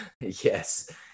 Yes